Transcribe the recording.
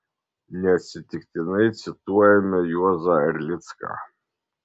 neatsitiktinai cituojame juozą erlicką